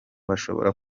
bashobora